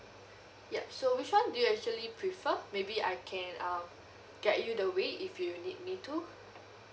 yup so which [one] do you actually prefer maybe I can uh get you the way if you need me to